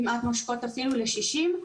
כמעט נושקות אפילו ל-60.